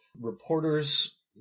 Reporters